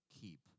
keep